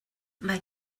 mae